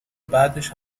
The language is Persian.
بعدش